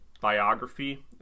biography